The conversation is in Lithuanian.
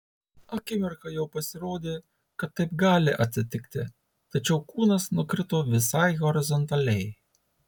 akimirką jau pasirodė kad taip gali atsitikti tačiau kūnas nukrito visai horizontaliai